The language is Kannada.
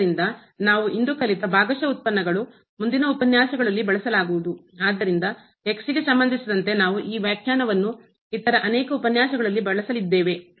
ಆದ್ದರಿಂದ ನಾವು ಇಂದು ಕಲಿತ ಭಾಗಶಃ ಉತ್ಪನ್ನಗಳು ಮುಂದಿನ ಉಪನ್ಯಾಸಗಳಲ್ಲಿ ಬಳಸಲಾಗುವುದು ಆದ್ದರಿಂದ ಗೆ ಸಂಬಂಧಿಸಿದಂತೆ ನಾವು ಈ ವ್ಯಾಖ್ಯಾನವನ್ನು ಇತರ ಅನೇಕ ಉಪನ್ಯಾಸಗಳಲ್ಲಿ ಬಳಸಲಿದ್ದೇವೆ